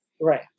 Right